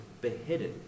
beheaded